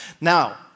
Now